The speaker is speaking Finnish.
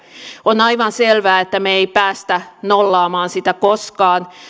on aivan selvää että me emme pääse nollaamaan sitä koskaan